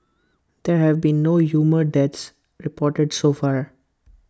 there have been no human deaths reported so far